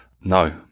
No